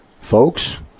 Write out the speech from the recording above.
folks